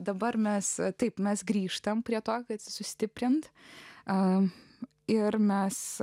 dabar mes taip mes grįžtam prie to kad sustiprinti a ir mes